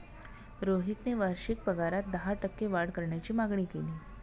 रोहितने वार्षिक पगारात दहा टक्के वाढ करण्याची मागणी केली